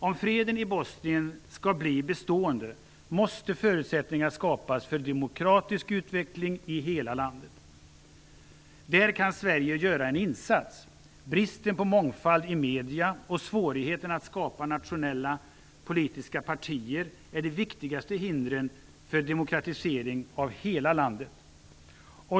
Om freden i Bosnien skall bli bestående måste förutsättningar skapas för demokratisk utveckling i hela landet. I detta sammanhang kan Sverige göra en insats. Bristen på mångfald i medierna och svårigheten att skapa nationella politiska partier är de viktigaste hindren för demokratisering av hela landet.